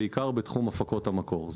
בעיקר בתחום הפקות המקור,